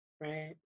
Right